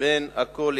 בין עכו לכרמיאל,